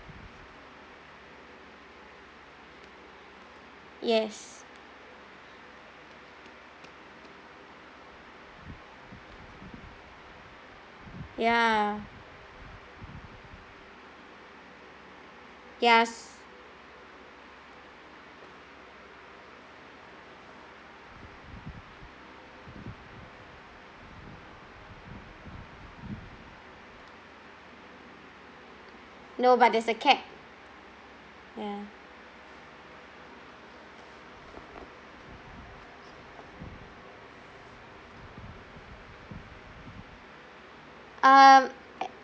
yes ya yes no but there's a cap ya um